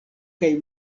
kaj